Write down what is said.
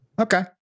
okay